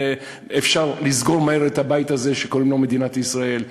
אפשר לסגור מהר את הבית הזה שקוראים לו "מדינת ישראל".